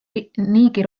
niigi